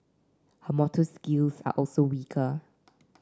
her motor skills are also weaker